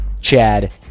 Chad